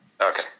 Okay